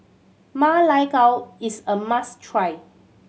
Ma Lai Gao is a must try